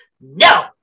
No